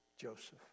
Joseph